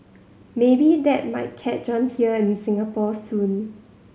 maybe that might catch on here in Singapore soon